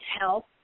help